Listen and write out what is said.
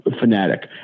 fanatic